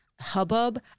hubbub